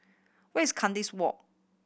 where is Kandis Walk